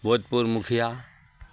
भूतपूर्ब मुखिआ